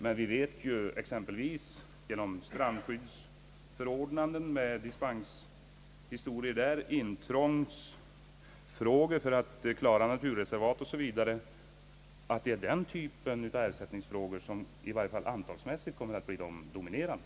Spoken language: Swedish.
Men vi vet ju, exempelvis genom strandskyddsförordnanden med dispensförfaranden, intrångsfrågor för att klara naturreservat o. s. v., att det är den typen av ersättningsfrågor som åtminstone antalsmässigt kommer att bli dominerande.